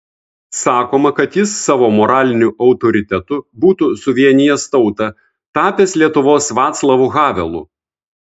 sakoma kad jis savo moraliniu autoritetu būtų suvienijęs tautą tapęs lietuvos vaclavu havelu